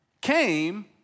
came